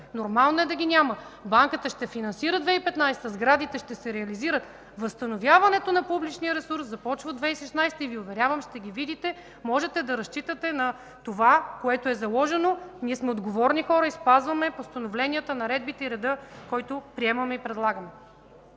нормално е да ги няма. Банката ще финансира 2015 г., сградите ще се реализират. Възстановяването на публичния ресурс започва от 2016 г. и Ви уверявам, ще ги видите. Може да разчитате на това, което е заложено. Ние сме отговорни хора и спазваме постановленията, наредбите и реда, който приемаме и предлагаме.